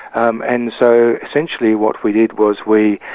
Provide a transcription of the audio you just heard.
um and so essentially what we did was we